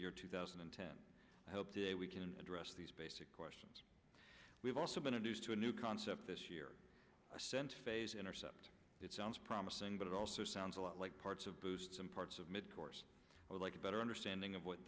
year two thousand and ten help today we can address these basic questions we've also been induced to a new concept this year i sent phase intercept it sounds promising but it also sounds a lot like parts of boost some parts of mid course or like a better understanding of what